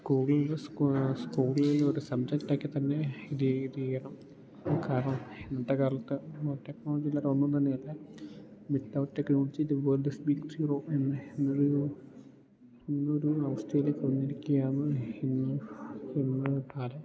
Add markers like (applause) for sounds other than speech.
സ്കൂൾൽ സ്കൂളിൽ ഒരു സബ്ജെക്റ്റാക്കി തന്നെ ഇത് ഇത് ചെയ്യണം കാരണം ഇന്നത്തെ കാലത്ത് ടെക്നോളജിയില്ലാതെ ഒന്നും തന്നെയല്ല without technology the world is big zero എന്ന എന്നൊരു എന്നൊരു അവസ്ഥയിലേക്ക് വന്നിരിക്കുകയാണ് ഇന്ന് (unintelligible)